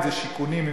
אם שיכונים,